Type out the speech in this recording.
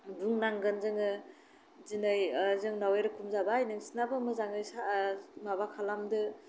बुंनांगोन जोङो दिनै जोंनाव एरखम जाबाय नोंसोरनाबो मोजाङै सा माबा खालामदो